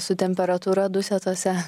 su temperatūra dusetose